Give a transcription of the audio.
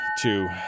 two